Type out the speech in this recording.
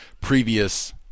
previous